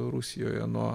rusijoje nuo